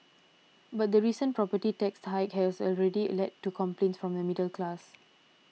but the recent property tax hike has already led to complaints from the middle class